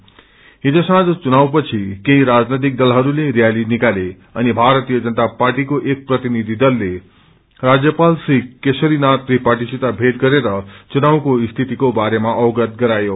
छिज साँग्न चुनावपछि केही राजनैतिक दलहरूले रयाती निकाले अनि भारतीय जनता पार्टीको एक प्रतिनिधि दलले राज्यपात श्री केशरीनाथ त्रिपाठी सित भेट गरेर चुनावको स्थिति बारेमा अवगत गरायो